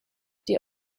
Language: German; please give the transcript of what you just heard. die